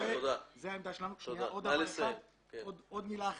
אנחנו דורשים